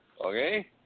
Okay